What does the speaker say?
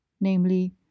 namely